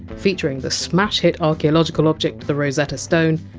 featuring the smash hit archaeological object the rosetta stone,